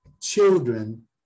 children